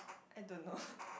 I don't know